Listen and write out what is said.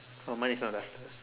oh mine is not duster